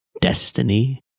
destiny